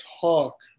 talk